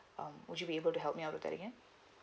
um would you be able to help me out with that again